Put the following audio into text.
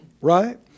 Right